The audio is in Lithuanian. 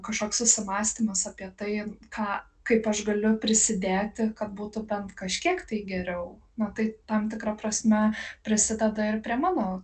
kažkoks susimąstymas apie tai ką kaip aš galiu prisidėti kad būtų bent kažkiek tai geriau na tai tam tikra prasme prisideda ir prie mano